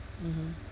mmhmm